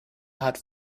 hat